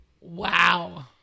Wow